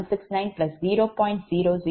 0004 pu